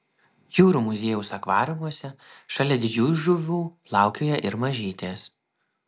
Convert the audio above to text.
jūrų muziejaus akvariumuose šalia didžiųjų žuvų plaukioja ir mažytės